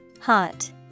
Hot